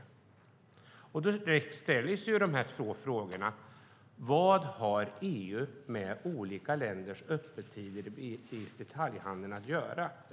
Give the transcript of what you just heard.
Då vill jag ställa följande två frågor: Vad har EU med olika länders öppettider i detaljhandeln att göra?